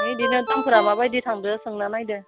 एदिनो दामफोरा माबायदि थांदो सोंना नायदो